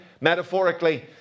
metaphorically